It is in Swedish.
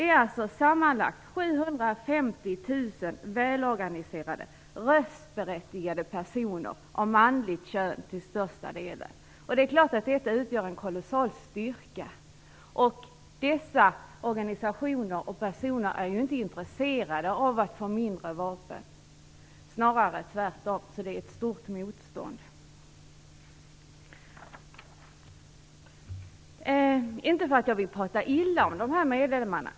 Sammanlagt handlar det om 750 000 välorganiserade, röstberättigade personer, till största delen av manligt kön. Detta utgör naturligtvis en kolossal styrka, och dessa organisationer och personer är ju inte intresserade av att få färre vapen - snarare tvärtom. Motståndet är alltså stort. Det är dock inte min mening att tala illa om dessa medlemmar.